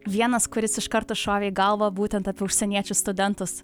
vienas kuris iš karto šovė į galvą būtent apie užsieniečius studentus